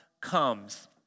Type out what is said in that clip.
comes